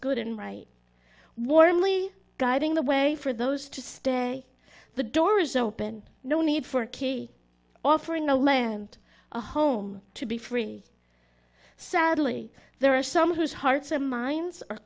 good and right warmly guiding the way for those to stay the doors open no need for a king offering a land a home to be free sadly there are some whose hearts and minds are